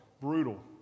brutal